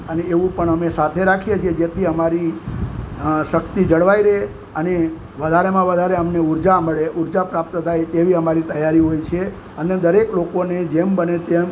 અને એવું પણ અમે સાથે રાખીએ છીએ જેથી અમારી શક્તિ જળવાઈ રહે અને વધારેમાં વધારે અમને ઉર્જા મળે ઉર્જા પ્રાપ્ત થાય તેવી અમારી તૈયારી હોય છે અને દરેક લોકોને જેમ બને તેમ